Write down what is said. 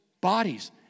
bodies